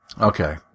Okay